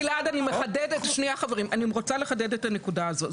אני רוצה לחדד את הנקודה הזו.